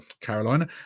Carolina